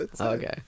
okay